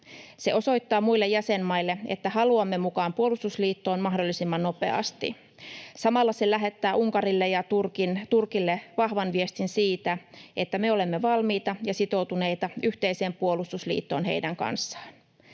Se osoittaa muille jäsenmaille, että haluamme mukaan puolustusliittoon mahdollisimman nopeasti. Samalla se lähettää Unkarille ja Turkille vahvan viestin siitä, että me olemme valmiita ja sitoutuneita yhteiseen puolustusliittoon heidän kanssaan.